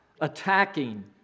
attacking